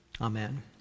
amen